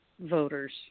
Voters